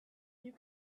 you